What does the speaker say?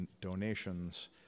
donations